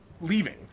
leaving